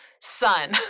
son